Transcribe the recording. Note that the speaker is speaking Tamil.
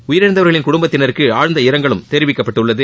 உயிரிழந்தவர்களின் குடும்பத்தினருக்கு ஆழ்ந்த இரங்கலும் தெரிவிக்கப்பட்டுள்ளது